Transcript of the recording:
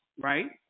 right